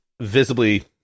visibly